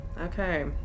okay